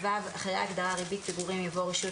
אחרי ההגדרה "ריבית פיגורים" יבוא: ""רשות